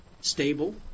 stable